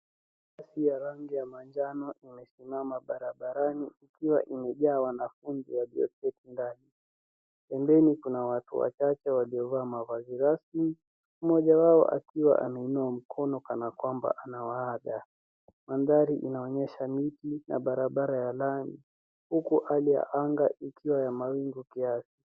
Lori ya rangi ya manjano imesimama barabarani ikiwa imejaa wanafunzi wa sekondari. Pembeni kuna watu wachache waliovaa mavazi rasmi mmoja wao akiwa ameinua mkono kana kwamba anawaga. Mandhari inaonyesha miti na barabara ya lami huku hali ya angaa ikiwa ya mawingu kiasi .